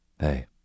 Hey